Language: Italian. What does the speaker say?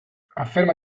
afferma